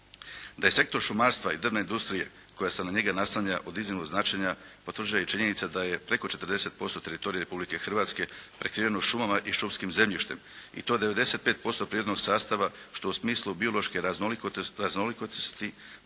Da je sektor šumarstva i drvne industrije koja se na njega naslanja od iznimnog značenja potvrđuje i činjenica da je preko 40% teritorija Republike Hrvatske prekriveno šumama i šumskim zemljištem i to 95% prirodnog sastava što u smislu biološke raznolikosti